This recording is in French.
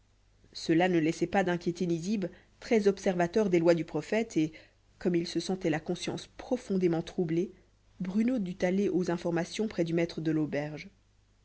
cela ne laissait pas d'inquiéter nizib très observateur des lois du prophète et comme il se sentait la conscience profondément troublée bruno dut aller aux informations près du maître de l'auberge